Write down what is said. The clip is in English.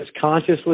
consciously